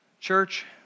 church